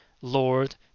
lord